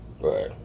Right